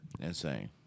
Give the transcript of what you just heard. Insane